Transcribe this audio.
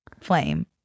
flame